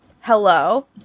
hello